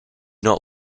not